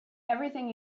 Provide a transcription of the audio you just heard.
everything